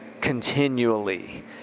continually